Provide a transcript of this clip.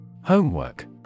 homework